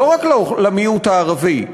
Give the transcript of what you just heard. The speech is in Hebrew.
לא רק למיעוט הערבי,